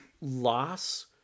loss